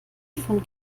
von